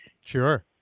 sure